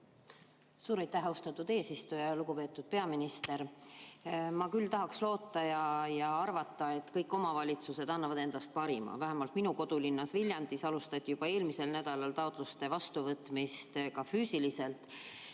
Suur aitäh, austatud eesistuja! Lugupeetud peaminister! Ma küll tahaks loota ja arvata, et kõik omavalitsused annavad endast parima. Vähemalt minu kodulinnas Viljandis alustati juba eelmisel nädalal taotluste vastuvõtmist ka füüsiliselt.